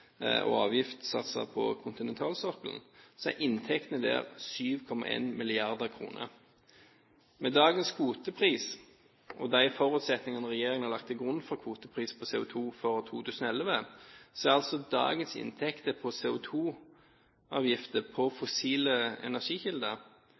på kontinentalsokkelen, er inntektene der 7,1 mrd. kr. Med dagens kvotepris og de forutsetningene regjeringen har lagt til grunn for kvotepris på CO2 for 2011, er dagens inntekter på CO2-avgifter på